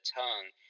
tongue